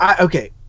Okay